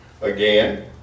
Again